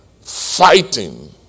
fighting